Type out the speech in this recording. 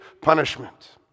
punishment